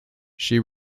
she